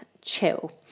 chill